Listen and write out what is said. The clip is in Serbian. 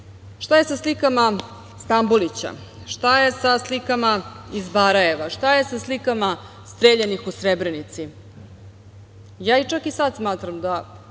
Šta je sa slikama Stambolića? Šta je sa slikama iz Barajeva? Šta je sa slikama streljanih u Srebrenici? Ja čak i sad smatram da